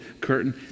curtain